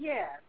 Yes